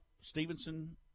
Stevenson –